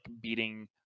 beating